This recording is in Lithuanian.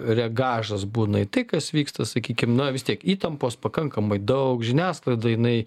regažas būna į tai kas vyksta sakykim na vis tiek įtampos pakankamai daug žiniasklaida jinai